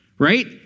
Right